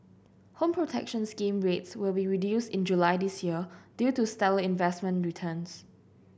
Home Protection Scheme rates will be reduced in July this year due to stellar investment returns